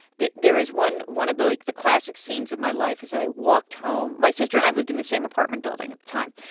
there is one one of the like the classic scenes of my life is that i walked home my sister and i lived in the same apartment building at the time.